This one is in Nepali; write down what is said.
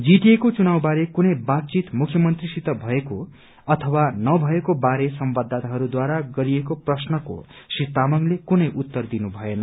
जीटीएको चुनाव बारे कुनै बातचित मुख्यमन्त्रीसित भएको अथवा नभएको बारे संवाददाताहरूढारा गरिएको प्रश्नको श्री तामाङले कुनै उत्तर दिनुभएन